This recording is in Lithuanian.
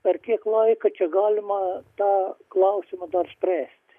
per kiek laiko čia galima tą klausimą dar spręsti